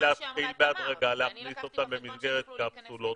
ההחלטה היא להתחיל בהדרגה להכניס אותם במסגרת קפסולות,